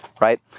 right